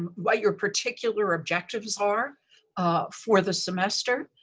um what your particular objectives are for the semester.